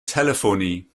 telephony